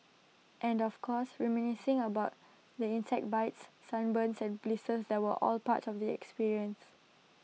and of course reminiscing about the insect bites sunburn and blisters that were all part of the experience